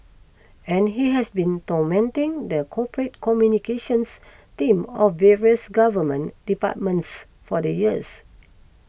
and he has been tormenting the corporate communications team of various government departments for the years